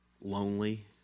lonely